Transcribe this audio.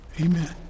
Amen